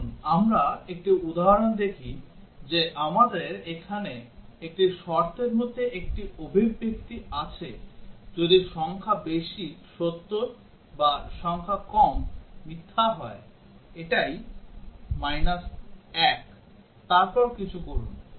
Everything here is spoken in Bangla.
আসুন আমরা একটি উদাহরণ দেখি যে আমাদের এখানে একটি শর্তের মধ্যে একটি অভিব্যক্তি আছে যদি সংখ্যা বেশি সত্য বা সংখ্যা কম মিথ্যা হয় এটাই 1 তারপর কিছু করুন